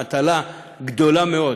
מטלה גדולה מאוד,